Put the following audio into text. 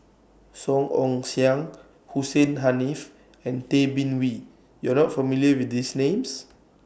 Song Ong Siang Hussein Haniff and Tay Bin Wee YOU Are not familiar with These Names